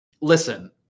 listen